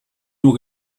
nur